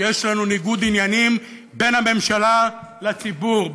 שיש לנו ניגוד עניינים בין הממשלה לציבור,